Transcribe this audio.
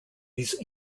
these